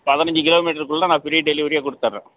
பதினஞ்சு கிலோமீட்ருக்குள்ளே நான் ஃப்ரீ டெலிவரியே கொடுத்துர்றேன்